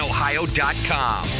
Ohio.com